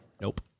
Nope